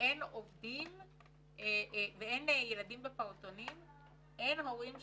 באין מעונות לא תתאפשר יציאת הורים לעבודה,